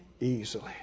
easily